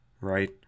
right